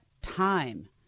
time